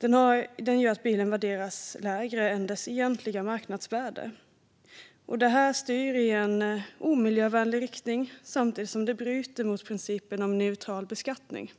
gör att bilen värderas lägre än dess egentliga marknadsvärde. Det här styr i en miljöovänlig riktning samtidigt som det bryter mot principen om neutral beskattning.